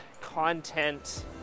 content